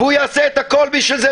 הוא יעשה את הכול בשביל זה,